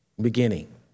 beginning